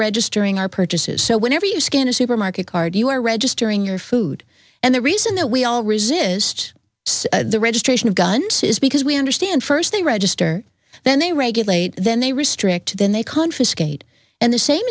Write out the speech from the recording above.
registering our purchases so whenever you scan a supermarket card you are registering your food and the reason that we all resist the registration of guns is because we understand first they register then they regulate then they restrict then they confiscate and the same